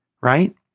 right